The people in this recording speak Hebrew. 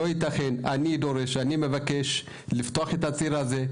אני רוצה לשאול את הסוכנות,